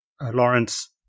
Lawrence